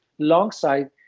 alongside